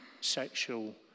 sexual